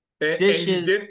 Dishes